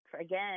again